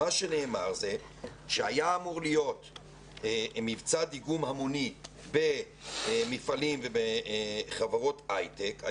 שהיה אמור להיות מבצע דיגום המוני במפעלים ובחברות הייטק,